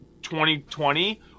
2020